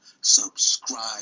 subscribe